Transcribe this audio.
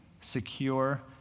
secure